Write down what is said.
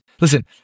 Listen